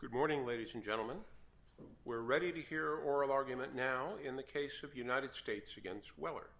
good morning ladies and gentlemen we're ready to hear oral argument now in the case of united states against weller